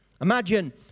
Imagine